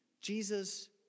Jesus